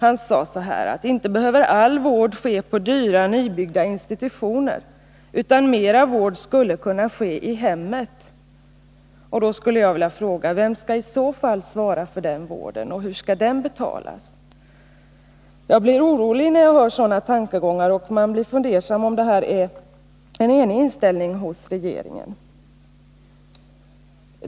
Han sade att inte behöver all vård ske på dyra nybyggda institutioner, utan mera vård skulle kunna ske i hemmet. Jag frågar: Vem skall i så fall svara för den vården? Och hur skall den betalas? Jag blir orolig när jag hör sådana tankegångar, och man blir fundersam om det här är en enig inställning hos regeringen.